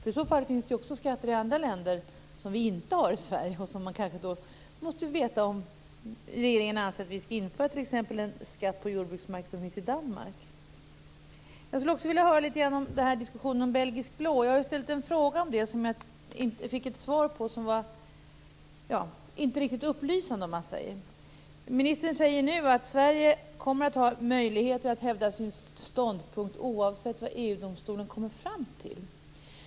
I så fall finns det skatter också i andra länder som vi inte har i Sverige, och då måste vi veta om regeringen anser att vi skall införa t.ex. en skatt på jordbruksmark som finns i Danmark. Jag skulle också vilja höra litet grand om diskussionen om belgisk blå. Jag har ju ställt en fråga om det, och jag fick ett svar på den som inte var riktigt upplysande. Ministern säger nu att Sverige kommer att ha möjligheter att hävda sin ståndpunkt oavsett vad EG-domstolen kommer fram till.